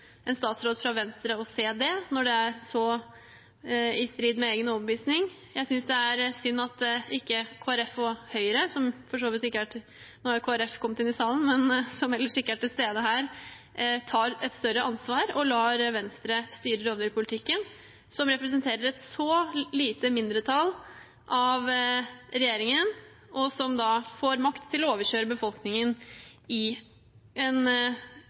en statsråd fra Venstre å se det når det er så i strid med egen overbevisning. Jeg synes det er synd at ikke Kristelig Folkeparti og Høyre, som for så vidt ikke er til stede her – nå er Kristelig Folkeparti kommet inn i salen – tar et større ansvar og lar Venstre styre rovdyrpolitikken, som representerer et så lite mindretall av regjeringen, og som får makt til å overkjøre befolkningen i en